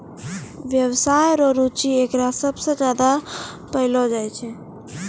व्यवसाय रो रुचि एकरा सबसे ज्यादा पैलो जाय छै